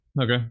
Okay